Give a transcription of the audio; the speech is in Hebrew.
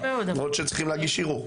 למרות שהם צריכים להגיש ערעור.